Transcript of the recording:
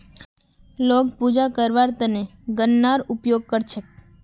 लोग पूजा करवार त न गननार उपयोग कर छेक